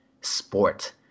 sport